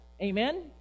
Amen